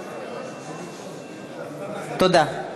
תודה.